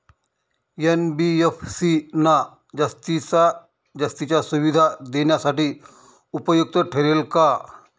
NBFC ना जास्तीच्या सुविधा देण्यासाठी उपयुक्त ठरेल का?